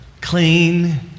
Clean